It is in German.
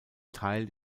teil